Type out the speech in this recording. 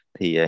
Thì